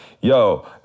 yo